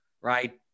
Right